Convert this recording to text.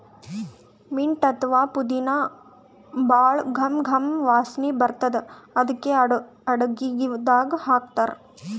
mint ಅಥವಾ ಪುದಿನಾ ಭಾಳ್ ಘಮ್ ಘಮ್ ವಾಸನಿ ಬರ್ತದ್ ಅದಕ್ಕೆ ಅಡಗಿದಾಗ್ ಹಾಕ್ತಾರ್